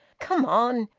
come on!